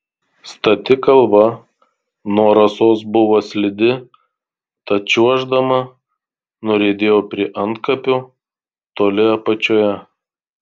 stati kalva nuo rasos buvo slidi tad čiuoždama nuriedėjau prie antkapių toli apačioje